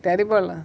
terrible lah